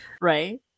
right